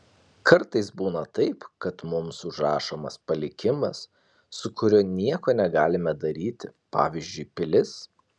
kartais būna taip kad mums užrašomas palikimas su kuriuo nieko negalime daryti pavyzdžiui pilis